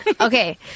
Okay